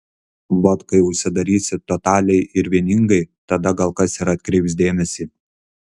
vat kai užsidarysit totaliai ir vieningai tada gal kas ir atkreips dėmesį